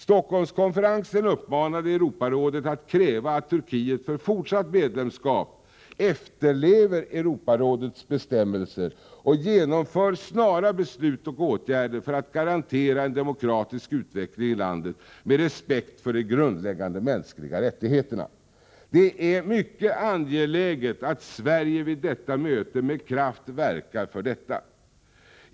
Stockholmskonferensen uppmanade Europarådet att kräva att Turkiet för fortsatt medlemskap efterlever Europarådets bestämmelser och genomför snara beslut och åtgärder för att garantera en demokratisk utveckling i landet med respekt för de grundläggande mänskliga rättigheterna. Det är mycket angeläget att Sverige vid detta möte med kraft verkar för detta.